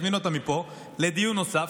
אזמין אותם מפה לדיון נוסף,